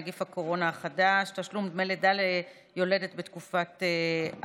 נגיף הקורונה החדש) (תשלום דמי לידה ליולדת בתקופת אבטלה).